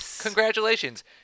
Congratulations